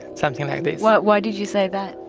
something like this. why why did you say that?